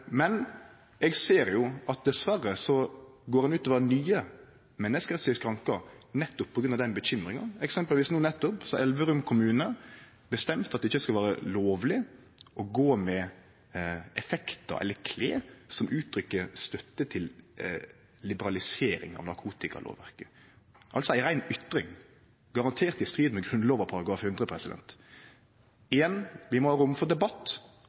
men eg ser jo at dessverre går ein utover nye menneskerettslege skrankar nettopp på grunn av den bekymringa. Eksempelvis har Elverum kommune no nettopp bestemt at det ikkje skal vere lovleg å gå med effektar eller klede som gjev uttrykk for støtte til liberalisering av narkotikalovverket – altså ei rein ytring – garantert i strid med Grunnlova § 100. Igjen: Vi må ha rom for debatt,